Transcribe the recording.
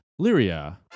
Lyria